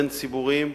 בין ציבורים,